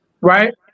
Right